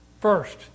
first